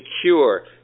secure